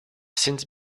since